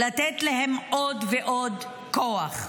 לתת להם עוד ועוד כוח.